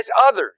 others